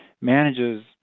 manages